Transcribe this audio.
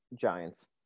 Giants